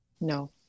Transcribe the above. No